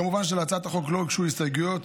כמובן, להצעת החוק לא הוגשו הסתייגויות.